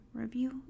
review